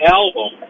album